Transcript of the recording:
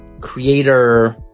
creator